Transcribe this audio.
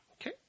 Okay